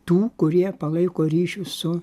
tų kurie palaiko ryšius su